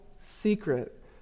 secret